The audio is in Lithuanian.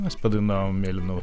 mes padainavom mėlyną